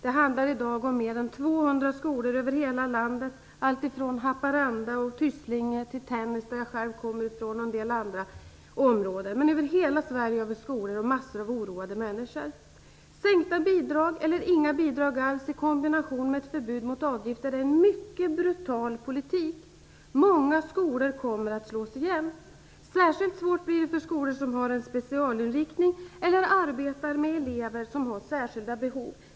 Det handlar i dag om mer än Tysslinge till Tännäs, som jag själv kommer ifrån. Över hela Sverige finns skolor och mängder och oroade människor. Sänkta bidrag eller inga bidrag alls i kombination med ett förbud mot avgifter är en mycket brutal politik. Många skolor kommer att slås igen. Särskilt svårt blir det för skolor som har en specialinriktning eller arbetar med elever som har särskilda behov.